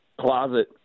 closet